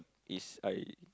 is I